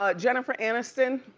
ah jennifer aniston,